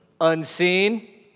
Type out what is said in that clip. Unseen